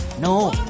No